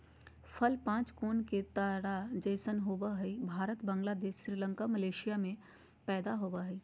फल पांच कोण के तारा जैसन होवय हई भारत, बांग्लादेश, श्रीलंका, मलेशिया में पैदा होवई हई